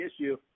issue